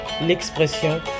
l'expression